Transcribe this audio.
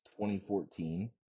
2014